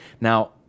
Now